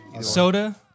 Soda